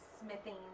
smithing